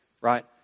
Right